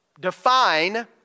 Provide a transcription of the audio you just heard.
define